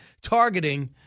targeting